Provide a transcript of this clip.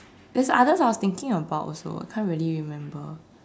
there's others I was thinking about also I can't really remember